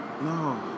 No